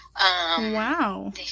wow